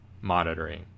monitoring